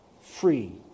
Free